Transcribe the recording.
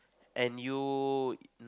and you